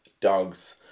dogs